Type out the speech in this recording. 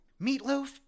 Meatloaf